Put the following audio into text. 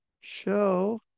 show